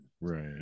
Right